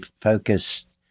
focused